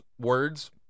words